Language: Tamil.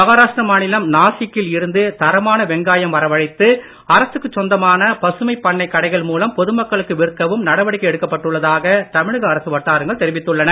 மஹாராஷ்டிர மாநிலம் நாசிக் கில் இருந்து தரமான வெங்காயம் வரவழைத்து அரசுக்குச் சொந்தமான பசுமைப் பண்ணை கடைகள் மூலம் பொதுமக்களுக்கு விற்கவும் நடவடிக்கை எடுக்கப்பட்டுள்ளதாக தமிழக அரசு வட்டாரங்கள் தெரிவித்துள்ளன